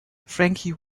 frankie